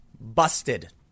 busted